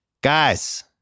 Guys